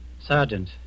Sergeant